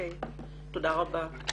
תודה רבה.